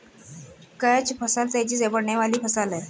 catch फसल तेजी से बढ़ने वाली फसल है